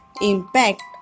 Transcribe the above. impact